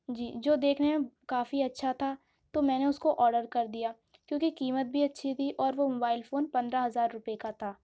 جی جو دیکھنے کافی اچھا تھا تو میں نے اس کو آڈر کر دیا کیونکہ قیمت بھی اچھی تھی اور وہ موبائل فون پندرہ ہزار روپئے کا تھا